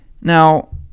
now